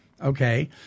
Okay